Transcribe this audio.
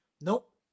Nope